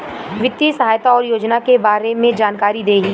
वित्तीय सहायता और योजना के बारे में जानकारी देही?